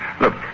Look